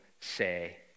say